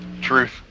truth